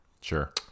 Sure